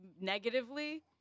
negatively